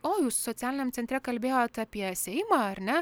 o jūs socialiniam centre kalbėjot apie seimą ar ne